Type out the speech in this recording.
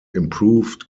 improved